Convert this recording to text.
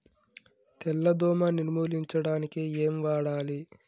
తెల్ల దోమ నిర్ములించడానికి ఏం వాడాలి?